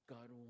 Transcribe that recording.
God